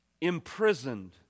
imprisoned